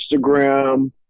Instagram